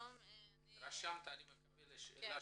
אני מקווה שרשמת את שאלתי.